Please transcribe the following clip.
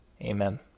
Amen